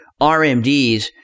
RMDs